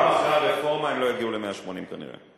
גם אחרי הרפורמה הם לא יגיעו ל-180 כנראה.